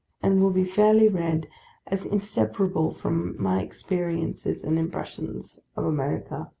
and will be fairly read as inseparable from my experiences and impressions of america.